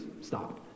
stop